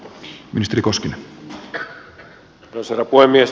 arvoisa herra puhemies